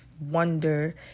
wonder